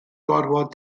gorfod